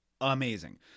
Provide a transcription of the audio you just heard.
amazing